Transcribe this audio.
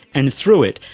and through it,